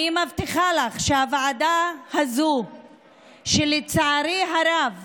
אני מבטיחה לך שהוועדה הזאת שלצערי הרב